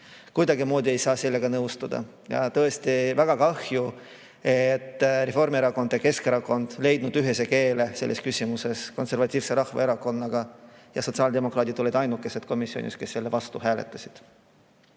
Kuidagimoodi ei saa sellega nõustuda ja tõesti on väga kahju, et Reformierakond ja Keskerakond on leidnud ühise keele selles küsimuses Konservatiivse Rahvaerakonnaga, ja sotsiaaldemokraadid olid ainukesed komisjonis, kes selle vastu hääletasid.